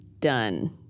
Done